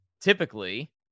typically